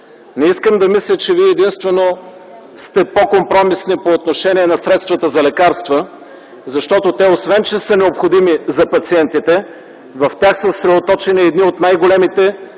Не искам да мисля, че вие единствено сте по-компромисни по отношение на средствата за лекарства, защото освен че те са необходими за пациентите, в тях са съсредоточени едни от най-големите